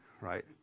right